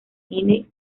cine